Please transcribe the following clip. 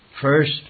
First